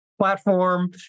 platform